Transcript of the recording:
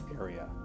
area